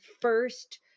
first